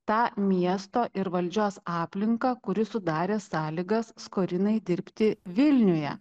tą miesto ir valdžios aplinką kuri sudarė sąlygas skorinai dirbti vilniuje